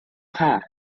parts